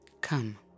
Come